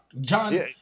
John